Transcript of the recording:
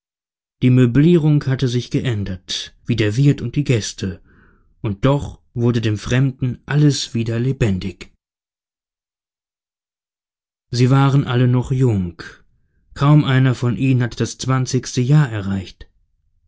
die möblierung hatte sich geändert wie der wirt und die gäste und doch wurde dem fremden alles wieder lebendig sie waren alle noch jung kaum einer von ihnen hatte das zwanzigste jahr erreicht